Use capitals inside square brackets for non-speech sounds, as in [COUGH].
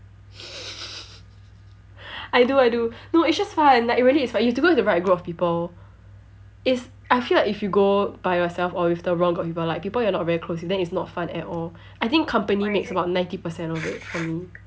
[LAUGHS] I do I do no it's just fun like it really is fun you have to go with the right group of people it's I feel like if you go by yourself or with the wrong group of people like people you're not very close with then it's not fun at all I think company makes about ninety percent of it for me